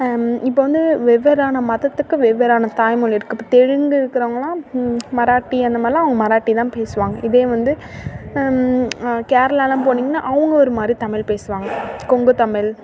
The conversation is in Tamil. இப்போ வந்து வெவ்வேறான மதத்துக்கு வெவ்வேறான தாய்மொழி இருக்குது இப்போ தெலுங்கு இருக்கிறவங்களாம் மராத்தி அந்தமாதிரிலாம் மராத்தி தான் பேசுவாங்க இதே வந்து கேரளாலாம் போனிங்கனா அவங்க ஒருமாதிரி தமிழ் பேசுவாங்க கொங்குத்தமிழ்